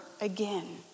again